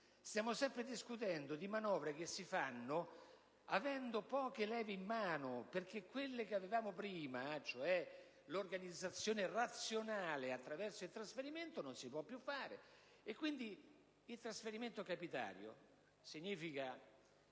sempre discutendo di manovre che si fanno avendo poche leve in mano, perché quello che avevamo prima, vale a dire l'organizzazione razionale attraverso il trasferimento, non si può più fare. Ma se la distribuzione